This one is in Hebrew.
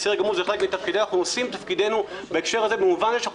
אנחנו עושים את תפקידנו בהקשר הזה במובן שאנחנו